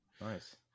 nice